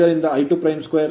ಆದ್ದರಿಂದ I22 r2880